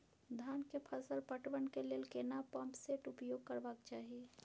धान के फसल पटवन के लेल केना पंप सेट उपयोग करबाक चाही?